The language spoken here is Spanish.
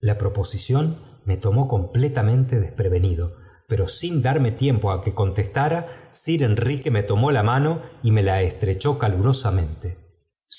la proposición me tomó completamente desprevenido poro sin darme tiempo á que contestara sir enrique me tomó la mano y me la estrechó calurosamente